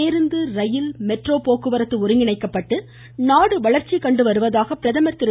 பேருந்து rail metro போக்குவரத்து ஒருங்கிணைக்கப்பட்டு நாடு வளர்ச்சி கண்டு வருவதாக பிரதமர் திரு